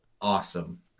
awesome